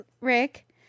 Rick